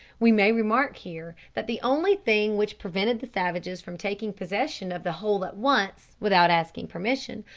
we may remark here, that the only thing which prevented the savages from taking possession of the whole at once, without asking permission,